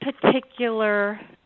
particular